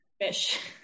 fish